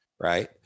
Right